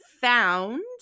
found